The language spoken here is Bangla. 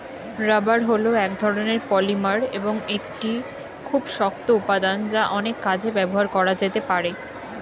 রাবার হল এক ধরণের পলিমার এবং একটি খুব শক্ত উপাদান যা অনেক কাজে ব্যবহার করা যেতে পারে